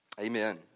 Amen